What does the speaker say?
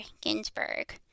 Ginsburg